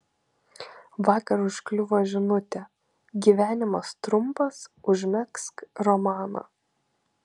vakar užkliuvo žinutė gyvenimas trumpas užmegzk romaną